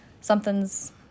something's